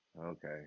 Okay